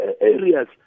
areas